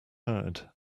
herd